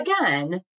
again